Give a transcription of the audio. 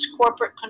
corporate